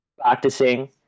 practicing